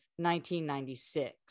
1996